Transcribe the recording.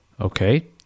Okay